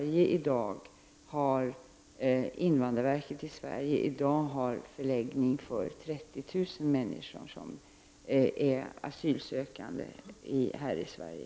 Invandrarverket i Sverige har i dag förläggningar för 30 000 människor som är asylsökande.